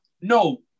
No